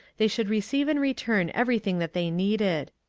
they should receive in return everything that they needed.